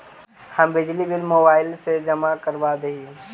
हम बिजली bill mobile से जमा करवा देहियै?